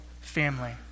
family